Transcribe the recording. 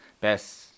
best